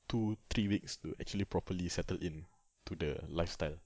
two three weeks to actually properly settle in to the lifestyle